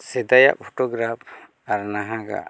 ᱥᱮᱫᱟᱭᱟᱜ ᱯᱷᱳᱴᱳᱜᱨᱟᱯᱷ ᱟᱨ ᱱᱟᱦᱟᱜᱟᱜ